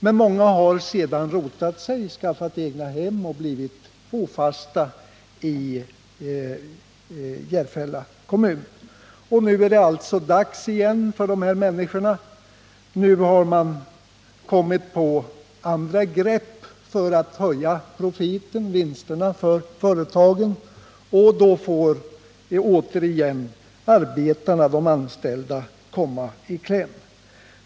Men många har sedan rotat sig och skaffat egnahem och blivit bofasta i Järfälla kommun. Nu är det alltså återigen aktuellt med en omställning för de här människorna. Nu har man kommit på andra grepp för att höja profiten, vinsterna, för företagen, och då kommer arbetarna, de anställda, i kläm.